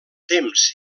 temps